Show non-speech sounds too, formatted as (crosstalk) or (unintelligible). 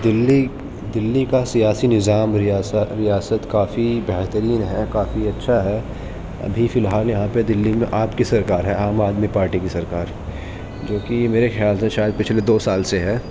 دلی دلی کا سیاسی نظام (unintelligible) ریاست کافی بہترین ہے کافی اچھا ہے ابھی فی الحال یہاں پہ دلی میں آپ کی سرکار ہے عام آدمی پارٹی کی سرکار ہے جو کہ میرے خیال سے شاید پچھلے دو سال سے ہے